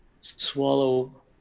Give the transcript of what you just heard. swallow